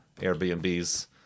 Airbnbs